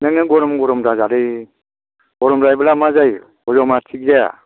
नोङो गरम गरम दाजा लै गरम जायोब्ला मा जायो हजमा थिख जाया